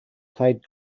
played